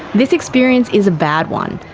this experience is a bad one,